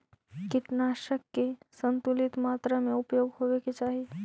कीटनाशक के संतुलित मात्रा में उपयोग होवे के चाहि